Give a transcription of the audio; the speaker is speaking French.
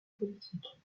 politique